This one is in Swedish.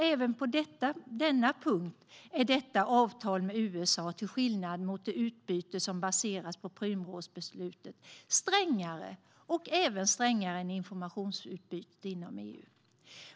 Även på denna punkt är alltså detta avtal med USA strängare än det utbyte som baseras på Prümrådsbeslutet och även strängare än informationsutbytet inom EU.